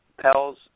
Pels